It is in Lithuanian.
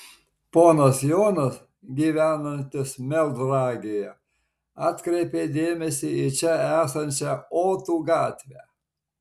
ponas jonas gyvenantis melnragėje atkreipė dėmesį į čia esančią otų gatvę